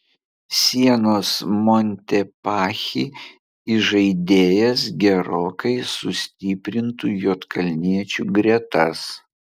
sienos montepaschi įžaidėjas gerokai sustiprintų juodkalniečių gretas